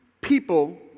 people